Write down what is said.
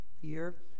year